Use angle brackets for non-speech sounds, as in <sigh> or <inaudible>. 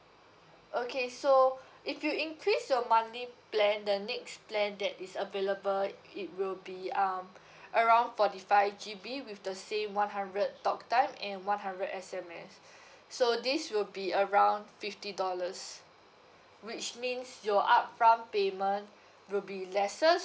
okay so if you increase your monthly plan the next plan that is available it will be um <breath> around forty five G_B with the same one hundred talktime and one hundred S_M_S so this will be around fifty dollars which means your upfront payment will be lesser